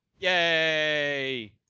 Yay